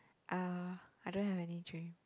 uh I don't have any dream